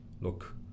look